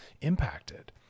impacted